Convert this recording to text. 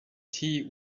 tea